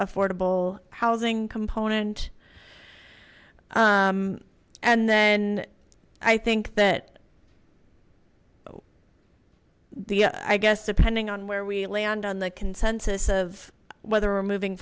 affordable housing component and then i think that the i guess depending on where we land on the consensus of whether or moving